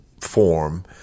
form